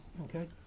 Okay